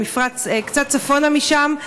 קצת צפונה משם,